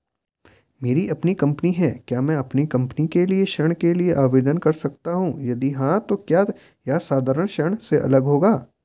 मेरी अपनी कंपनी है क्या मैं कंपनी के लिए ऋण के लिए आवेदन कर सकता हूँ यदि हाँ तो क्या यह साधारण ऋण से अलग होगा?